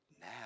Now